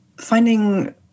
finding